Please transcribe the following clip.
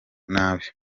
nabi